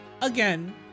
Again